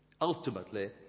Ultimately